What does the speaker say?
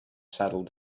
settled